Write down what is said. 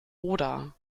oder